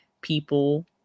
people